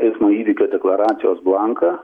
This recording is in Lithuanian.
eismo įvykio deklaracijos blanką